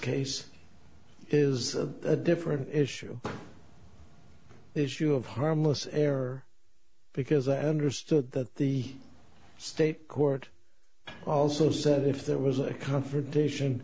case is a different issue the issue of harmless error because i understood that the state court also said if there was a confrontation